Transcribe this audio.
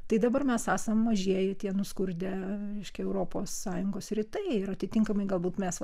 tai dabar mes esam mažieji tiek nuskurdę reiškia europos sąjungos rytai ir atitinkamai galbūt mes vat